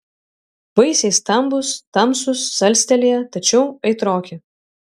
vaisiai stambūs tamsūs salstelėję tačiau aitroki